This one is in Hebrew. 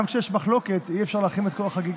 גם כשיש מחלוקת אי-אפשר להחרים את כל החקיקה.